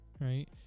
right